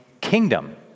kingdom